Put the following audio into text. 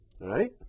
right